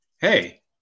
hey